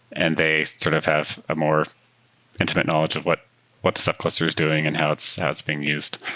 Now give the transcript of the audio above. and they sort of have a more intimate knowledge of what what the ceph cluster is doing and how it's how it's being used.